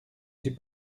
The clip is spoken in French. suis